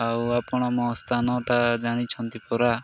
ଆଉ ଆପଣ ମୋ ସ୍ଥାନଟା ଜାଣିଛନ୍ତି ପରା